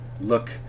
look